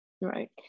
right